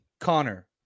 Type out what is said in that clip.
Connor